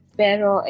pero